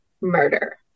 murder